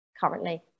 currently